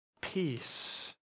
peace